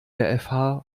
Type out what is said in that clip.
der